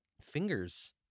fingers